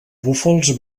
búfals